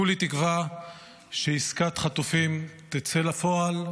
כולי תקווה שעסקת חטופים תצא לפועל,